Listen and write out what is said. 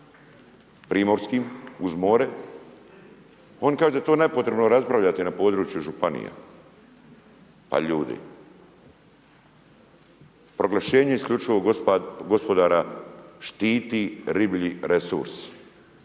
primorskim, uz more. Oni kažu da je to nepotrebno raspravljati na području županija. Pa ljudi, proglašenje isključivog gospodara štiti riblji resurs,